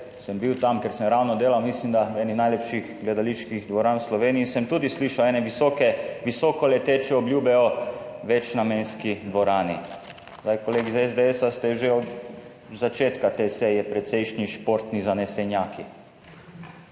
bil tam, ker sem ravno delal, mislim, da v eni najlepših gledaliških dvoran v Sloveniji, sem tudi slišal ene visokoleteče obljube o večnamenski dvorani. Kolegi iz SDS ste že od začetka te seje precejšnji športni zanesenjaki.